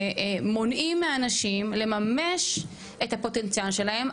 מונעים מאנשים לממש את הפוטנציאל שלהם.